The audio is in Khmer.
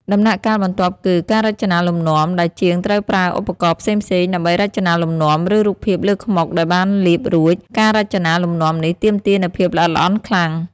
ដំណាក់កាលបន្ទាប់គឺ ការរចនាលំនាំ ដែលជាងត្រូវប្រើឧបករណ៍ផ្សេងៗដើម្បីរចនាលំនាំ ឬរូបភាពលើខ្មុកដែលបានលាបរួច ការរចនាលំនាំនេះទាមទារនូវភាពល្អិតល្អន់ខ្លាំង ។